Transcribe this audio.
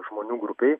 žmonių grupei